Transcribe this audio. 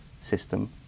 system